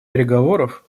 переговоров